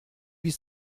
huit